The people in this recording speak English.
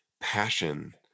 passion